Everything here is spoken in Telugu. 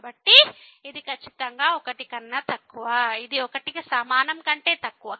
కాబట్టి ఇది ఖచ్చితంగా 1 కన్నా తక్కువ ఇది 1 కి సమానం కంటే తక్కువ